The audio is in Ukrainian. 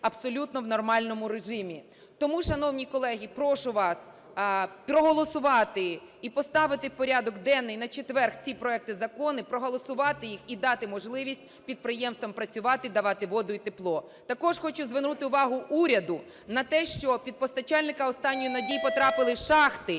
абсолютно в нормальному режимі. Тому, шановні колеги, прошу вас проголосувати і поставити в порядок денний на четвер ці проекти законів, проголосувати їх і дати можливість підприємствам працювати, давати воду і тепло. Також хочу звернути увагу уряду на те, що під постачальника "останньої надії" потрапили шахти.